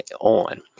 on